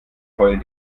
heulen